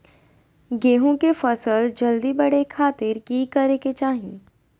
गेहूं के फसल जल्दी बड़े खातिर की करे के चाही?